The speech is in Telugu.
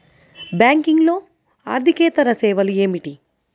బ్యాంకింగ్లో అర్దికేతర సేవలు ఏమిటీ?